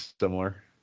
similar